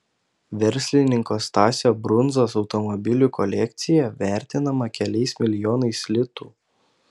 verslininko stasio brundzos automobilių kolekcija vertinama keliais milijonais litų